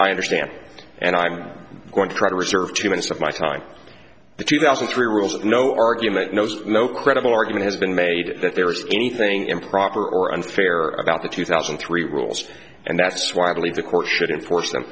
i understand and i'm going to try to reserve judgment of my time the two thousand and three rules no argument knows no credible argument has been made that there is anything improper or unfair about the two thousand and three rules and that's why i believe the court shouldn't force them